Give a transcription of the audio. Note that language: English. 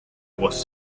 was